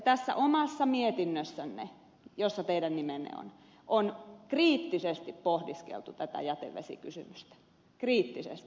tässä mietinnössämme jossa teidän nimenne on on kriittisesti pohdiskeltu tätä jätevesikysymystä kriittisesti